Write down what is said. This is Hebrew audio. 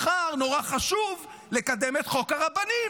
מחר נורא חשוב לקדם את חוק הרבנים,